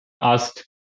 asked